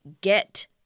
get